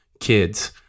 kids